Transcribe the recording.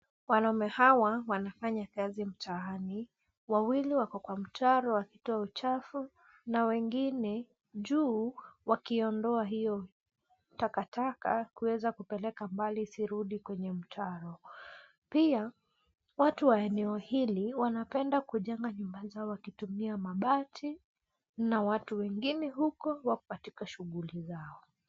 Wanaume hawa wanafanya kazi mtaani, wawili wako kwa mtaro wakitoa uchafu na wengine juu wakiondoa hio takataka, kuweza kupeleka mbali isirudi kwenye mtaro. Pia, watu wa eneo hili wanapenda kujenga nyumba zao wakitumia mabati na watu wengine huko wako katika shughuli zao.